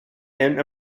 and